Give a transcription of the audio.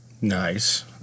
Nice